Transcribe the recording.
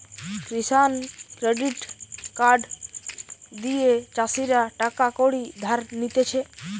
কিষান credit card দিয়ে চাষীরা টাকা কড়ি ধার নিতেছে